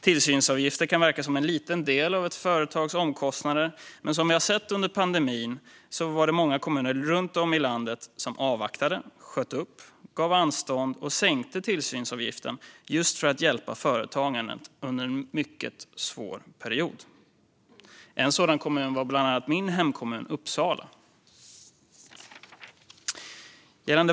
Tillsynsavgifter kan verka som en liten del av ett företags omkostnader, men som vi sett under pandemin var det många kommuner runt om i landet som avvaktade, sköt upp, gav anstånd och sänkte tillsynsavgiften just för att hjälpa företagandet under en mycket svår period. En sådan kommun var min hemkommun Uppsala.